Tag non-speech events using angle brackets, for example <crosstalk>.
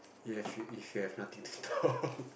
ya if you have nothing to <laughs> do